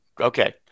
okay